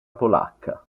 polacca